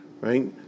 right